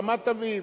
רמת-אביב.